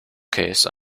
case